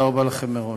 תודה רבה לכם מראש.